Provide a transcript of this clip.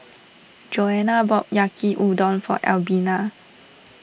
Joanna bought Yaki Udon for Albina